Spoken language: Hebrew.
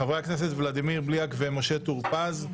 חברי הכנסת ולדימיר בליאק ומשה טור פז,